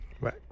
right